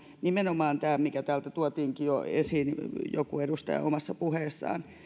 nimenomaan tämä mikä täältä tuotiinkin jo esiin joku edustaja omassa puheessaan